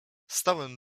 stałem